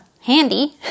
handy